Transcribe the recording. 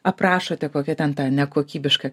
aprašote kokia ten ta nekokybiška